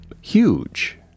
huge